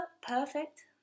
Perfect